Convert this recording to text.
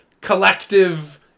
collective